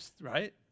right